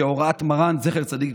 כהוראת מרן זצוק"ל.